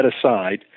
aside